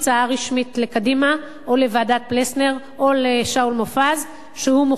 רשמית לקדימה או לוועדת-פלסנר או לשאול מופז שהוא מוכן